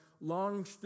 long